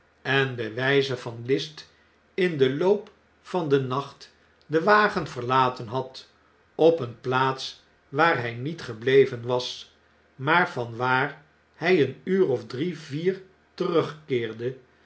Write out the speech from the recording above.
en bij wijze van list in den loop van den nacht den wagen verlaten had op eene plaats waar hij niet gebleven was maar van waar hjj een uur of drie vier terugkeerde